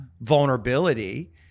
vulnerability